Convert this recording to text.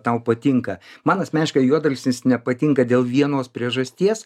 tau patinka man asmeniškai juodalksnis nepatinka dėl vienos priežasties